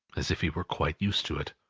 as if he were quite used to it.